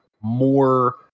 more